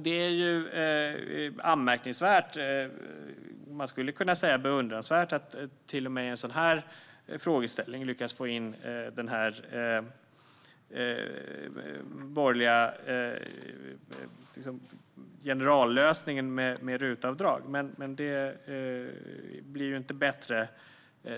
Det är anmärkningsvärt - man skulle kunna säga beundransvärt - att till och med i en sådan här fråga lyckas få in den borgerliga generallösningen RUT-avdrag. Men det gör ju inte